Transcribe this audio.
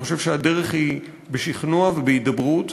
ואני חושב שהדרך היא בשכנוע ובהידברות.